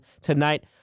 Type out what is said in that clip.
tonight